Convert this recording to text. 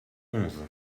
onze